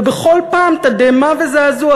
ובכל פעם, תדהמה וזעזוע.